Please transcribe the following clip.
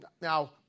now